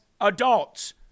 adults